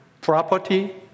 property